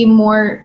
more